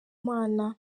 imana